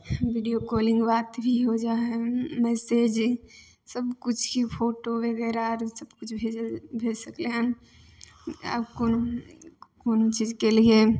video calling बात भी हो जा हइ मैसेज सबकिछु जे फोटो वगेरह आर ई सब किछु भेजल भेज सकलै हन आब कोनो कोनो चीजके लिए